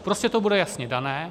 Prostě to bude jasně dané.